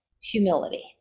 humility